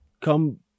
come